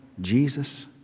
Jesus